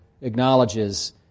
acknowledges